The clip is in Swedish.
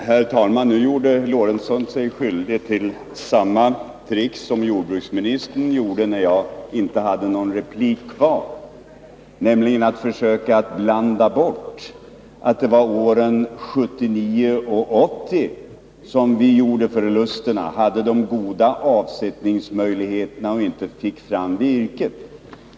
Herr talman! Nu gjorde herr Lorentzon sig skyldig till samma trick som jordbruksministern gjorde när jag inte hade någon replik kvar, nämligen att försöka blanda bort att det var åren 1979 och 1980 som vi gjorde förlusten. Vi hade de goda avsättningsmöjligheterna och fick inte fram virket.